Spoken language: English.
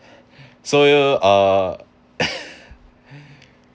so you uh